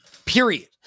Period